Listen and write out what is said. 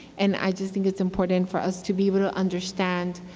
and i just think it's important for us to be able to understand,